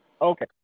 Okay